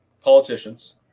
politicians